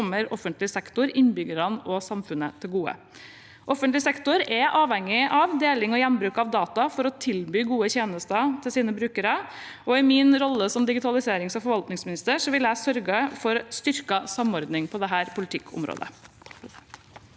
som kommer offentlig sektor, innbyggerne og samfunnet til gode. Offentlig sektor er avhengig av deling og gjenbruk av data for å tilby gode tjenester til sine brukere. I min rolle som digitaliserings- og forvaltningsminister vil jeg sørge for styrket samordning på dette politikkområdet.